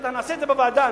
נעשה את זה בוועדה.